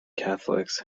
catholics